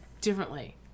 differently